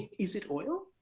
is it oil?